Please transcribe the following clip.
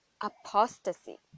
apostasy